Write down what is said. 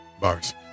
Bars